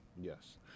Yes